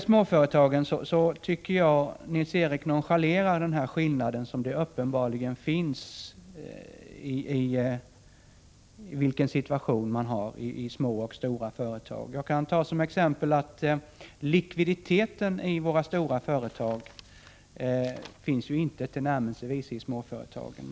Jag tycker att Nils-Erik Wååg nonchalerar den uppenbara skillnaden i situationen för små och stora företag. Jag kan som exempel nämna att den likviditet som finns i våra stora företag inte tillnärmelsevis finns i småföretagen.